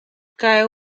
cae